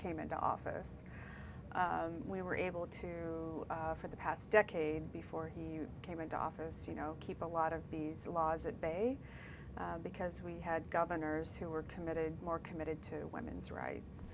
came into office we were able to for the past decade before you came into office you know keep a lot of these laws at bay because we had governors who were committed more committed to women's rights